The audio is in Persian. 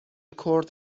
کرد